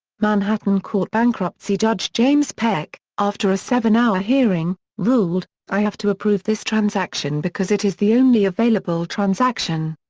manhattan court bankruptcy judge james peck, after a seven hour hearing, ruled i have to approve this transaction because it is the only available transaction.